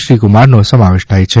શ્રીકુમારનો સમાવેશ થાય છે